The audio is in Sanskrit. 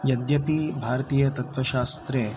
यद्यपि भारतीयतत्त्वशास्त्रे